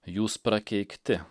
jūs prakeikti